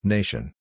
Nation